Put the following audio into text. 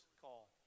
call